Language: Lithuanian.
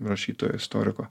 rašytojo istoriko